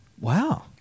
Wow